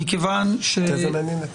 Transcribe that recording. מכיוון ש -- תזה מעניינת.